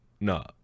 No